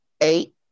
Eight